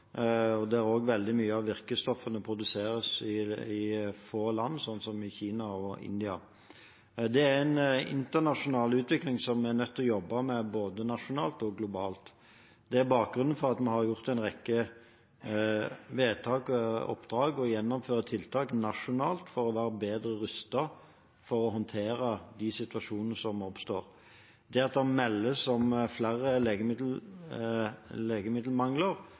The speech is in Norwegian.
og der også veldig mye av virkestoffene produseres i få land, slik som i Kina og India. Dette er en internasjonal utvikling som vi er nødt til å jobbe med både nasjonalt og globalt. Det er bakgrunnen for at vi har gjort en rekke vedtak og gitt oppdrag og gjennomfører tiltak nasjonalt for å være bedre rustet for å håndtere de situasjonene som oppstår. Det at det meldes om flere legemiddelmangler,